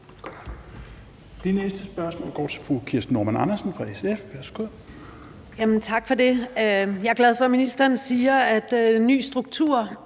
fra SF. Værsgo. Kl. 10:54 Kirsten Normann Andersen (SF): Tak for det. Jeg er glad for, at ministeren siger, at en ny struktur